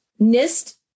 NIST